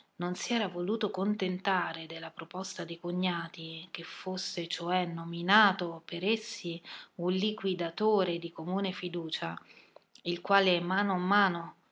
non si era voluto contentare della proposta dei cognati che fosse cioè nominato per essi un liquidatore di comune fiducia il quale a mano a mano